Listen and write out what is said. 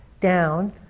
down